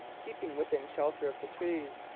keeping within shelter of the trees.